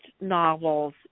novels